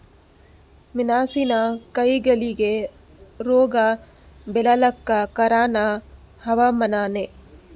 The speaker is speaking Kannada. ಮೆಣಸಿನ ಕಾಯಿಗಳಿಗಿ ರೋಗ ಬಿಳಲಾಕ ಕಾರಣ ಹವಾಮಾನನೇ?